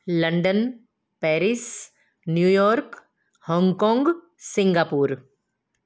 London Paris New York Hong Kong Singapore